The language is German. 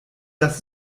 das